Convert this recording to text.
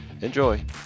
Enjoy